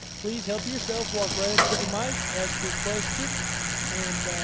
please help yourself walk right up to the mic. ask your question and